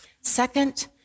Second